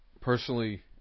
personally